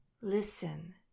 listen